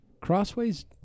Crossway's